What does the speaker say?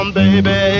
baby